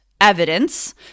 evidence